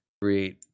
create